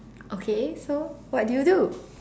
okay so what do you do